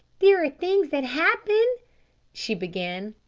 there are things that happen she began.